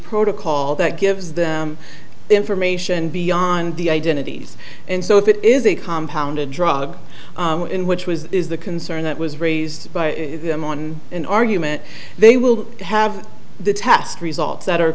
protocol that gives them information beyond the identities and so if it is a compound a drug in which was is the concern that was raised by them on an argument they will have the test results that are